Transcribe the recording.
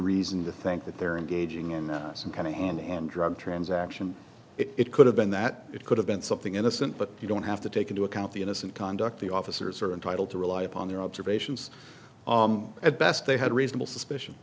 reason to think that they're engaging in some kind of hand and drug transaction it could have been that it could have been something innocent but you don't have to take into account the innocent conduct the officers are entitled to rely upon their observations at best they had reasonable suspicion